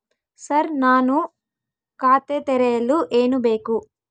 Sir ನಾನು ಖಾತೆ ತೆರೆಯಲು ಏನು ಬೇಕು?